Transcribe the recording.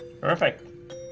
Perfect